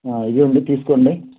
ఇదిగోండి తీసుకోండి